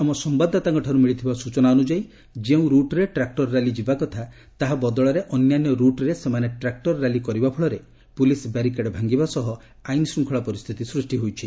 ଆମ ସମ୍ଭାଦଦାତାଙ୍କଠାରୁ ମିଳିଥିବା ସୂଚନା ଅନୁଯାୟୀ ଯେଉଁ ରୁଟ୍ରେ ଟ୍ରାକ୍ଟର ର୍ୟାଲି ଯିବା କଥା ତାହା ବଦଳରେ ଅନ୍ୟାନ୍ୟ ରୁଟ୍ରେ ସେମାନେ ଟ୍ରାକ୍ଟର ର୍ୟାଲି କରିବା ଫଳରେ ପୁଲିସ୍ ବ୍ୟାରିକେଡ୍ ଭାଙ୍ଗିବା ସହ ଆଇନ୍ ଶୃଙ୍ଖଳା ପରିସ୍ଥିତି ସୃଷ୍ଟି ହୋଇଛି